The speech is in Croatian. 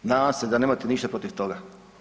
Nadam se da nemate ništa protiv toga?